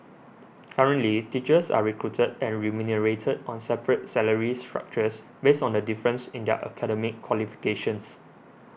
currently teachers are recruited and remunerated on separate salary structures based on the difference in their academic qualifications